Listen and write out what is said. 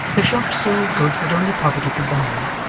the shops sold goods that only poverty could buy,